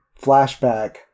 flashback